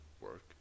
work